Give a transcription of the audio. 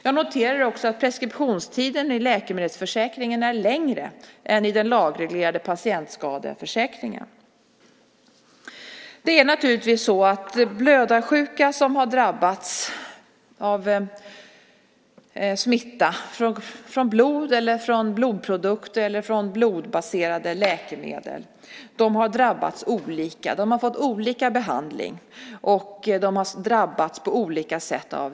Jag noterade att preskriptionstiden i läkemedelsförsäkringen är längre än i den lagreglerade patientskadeförsäkringen. Blödarsjuka som har drabbats av smitta från blod, blodprodukt eller blodbaserade läkemedel har drabbats olika. De har fått olika behandling och har drabbats på olika sätt.